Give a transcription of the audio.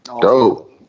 Dope